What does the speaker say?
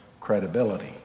credibility